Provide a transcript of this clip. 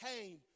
came